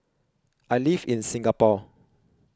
I live in Singapore